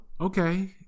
okay